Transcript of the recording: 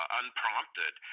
unprompted